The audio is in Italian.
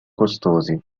costosi